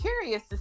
curious